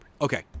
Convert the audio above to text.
Okay